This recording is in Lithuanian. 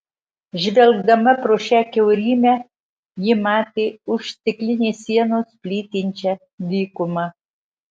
žvelgdama pro šią kiaurymę ji matė už stiklinės sienos plytinčią dykumą